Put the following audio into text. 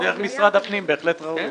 דרך משרד הפנים, זה בהחלט ראוי.